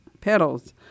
petals